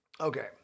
Okay